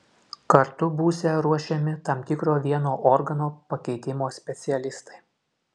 kartu būsią ruošiami tam tikro vieno organo pakeitimo specialistai